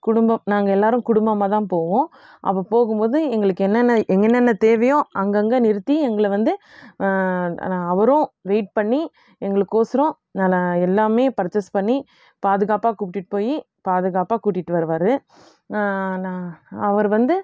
குடும்பம் நாங்கள் எல்லாரும் குடும்பமாக தான் போவோம் அப்போ போகும்போது எங்களுக்கு என்னென்ன எங் என்னென்ன தேவையோ அங்கங்கே நிறுத்தி எங்களை வந்து அவரும் வெயிட் பண்ணி எங்களுக்கொசரம் நா நான் எல்லாமே பர்ச்சேஸ் பண்ணி பாதுகாப்பாக கூப்பிட்டுட்டு போய் பாதுகாப்பாக கூட்டிட்டு வருவார் நான் அவர் வந்து